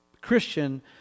Christian